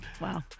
Wow